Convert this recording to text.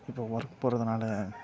இப்போ ஒர்க் போகிறதுனால